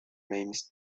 names